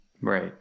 Right